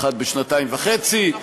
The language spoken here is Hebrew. אחד בשנתיים וחצי,